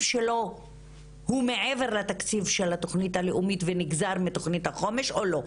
שלו הוא מעבר לתקציב של התוכנית הלאומית ונגזר מתוכנית החומש או לא.